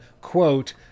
quote